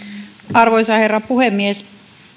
arvoisa herra puhemies